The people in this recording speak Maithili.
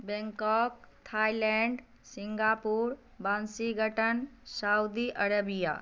Bangkok Thailand Singapore Washington Saudi Arabia